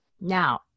now